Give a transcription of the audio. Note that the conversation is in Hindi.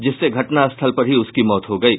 जिससे घटना स्थल पर ही उसकी मौत हो गयी